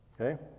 okay